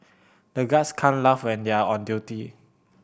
the guards can't laugh when they are on duty